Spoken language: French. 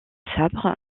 sabre